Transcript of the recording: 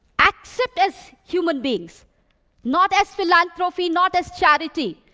accept as human beings not as philanthropy, not as charity,